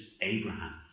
Abraham